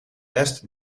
rest